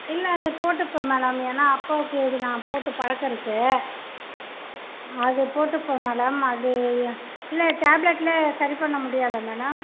இல்லை அது போட்டுப்பேன் மேடம் ஏன்னா அப்பாவுக்கு நான் போட்டு பழக்கம் இருக்கு அது போட்டுப்பேன் மேடம் அது இல்லை டேப்ளெட்டிலே சரி பண்ண முடியாதா மேடம்